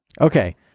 Okay